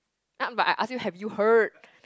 ah but I asked you have you heard